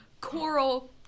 coral